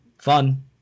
fun